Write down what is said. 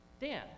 Dan